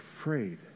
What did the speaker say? afraid